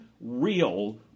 real